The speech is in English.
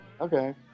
okay